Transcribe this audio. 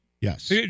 yes